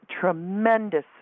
tremendous